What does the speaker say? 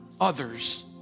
others